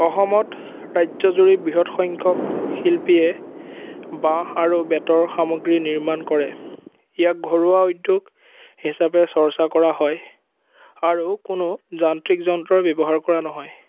অসমত ৰাজ্যজুৰি বৃহৎ সংখ্যক শিল্পীয়ে বাঁহ আৰু বেতৰ সামগ্ৰী নিৰ্মাণ কৰে ইয়াক ঘৰুৱা উদ্যোগ হিচাপে চৰ্চা কৰা হয় আৰু কোনো যান্ত্ৰিক যন্ত্ৰ ব্যৱহাৰ কৰা নহয়